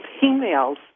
females